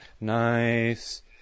Nice